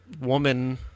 woman